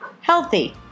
healthy